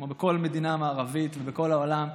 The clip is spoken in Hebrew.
כמו בכל מדינה מערבית ובכל העולם,